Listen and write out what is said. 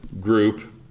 group